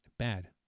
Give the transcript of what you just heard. bad